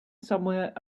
somewhere